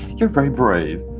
you're very brave.